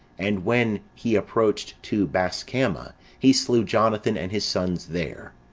and when he approached to bascama, he slew jonathan and his sons there.